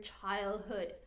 childhood